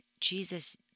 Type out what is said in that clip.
Jesus